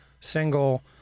single